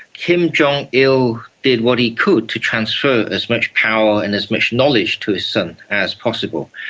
kim jong-il did what he could to transfer as much power and as much knowledge to his son as possible.